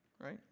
right